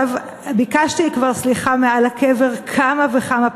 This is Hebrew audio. ביקשתי כבר סליחה מעל הקבר כמה וכמה פעמים,